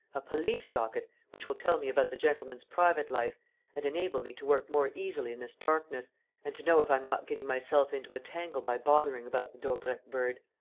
a police docket, which will tell me about the gentleman's private life and enable me to work more easily in this darkness and to know if i'm not getting myself into a tangle by bothering about the daubrecq bird.